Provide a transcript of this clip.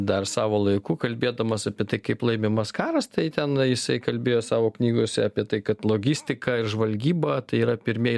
dar savo laiku kalbėdamas apie tai kaip laimimas karas tai ten jisai kalbėjo savo knygose apie tai kad logistika ir žvalgyba tai yra pirmieji